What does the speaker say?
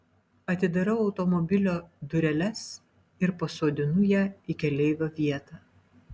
atidarau automobilio dureles ir pasodinu ją į keleivio vietą